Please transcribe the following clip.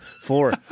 Four